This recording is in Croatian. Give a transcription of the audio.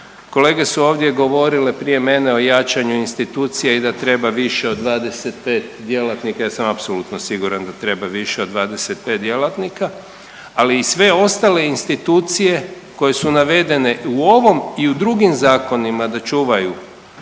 Kolege su ovdje govorile prije mene o jačanju institucija i da treba više od 25 djelatnika, ja sam apsolutno siguran da treba više od 25 djelatnika, ali i sve ostale institucije koje su navedene u ovom i u drugim zakonima da čuvaju